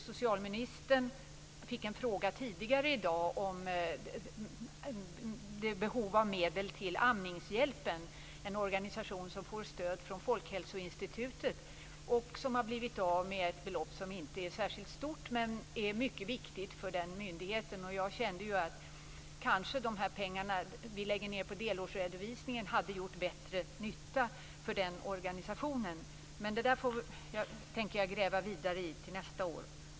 Socialministern fick tidigare i dag en fråga angående behovet av medel till Amningshjälpen, en organisation som får stöd från Folkhälsoinstitutet och som har blivit av med ett belopp som inte är särskilt stort men som är mycket viktigt för den myndigheten. Jag kände att de pengar som vi lägger ned på delårsredovisningar kanske hade gjort bättre nytta för denna organisation. Men detta tänker jag gräva vidare i till nästa år.